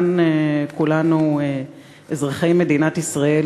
כאן כולנו אזרחי מדינת ישראל,